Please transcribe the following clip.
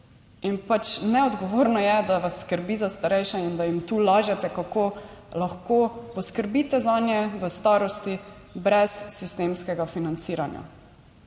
In pač neodgovorno je, da vas skrbi za starejše in da jim tu lažete, kako lahko poskrbite zanje v starosti brez sistemskega financiranja.